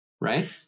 right